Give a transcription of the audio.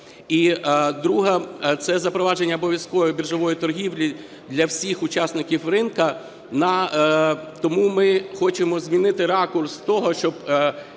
І друга. Це запровадження обов'язкової біржової торгівлі для всіх учасників ринку. Тому ми хочемо змінити ракурс того,